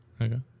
Okay